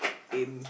aim